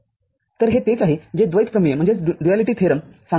तर हे तेच आहे जे द्वैत प्रमेय सांगते